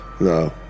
no